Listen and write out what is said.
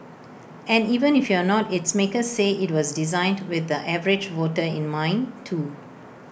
and even if you're not its makers say IT was designed with the average voter in mind too